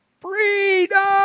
Freedom